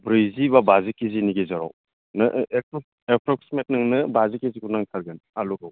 ब्रैजि बा बाजि केजिनि गेजेरावनो एप्र'क्सिमेट नोंनो बाजि केजिखौ नांथारगोन आलुखौ